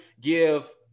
give